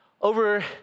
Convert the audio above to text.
Over